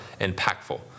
impactful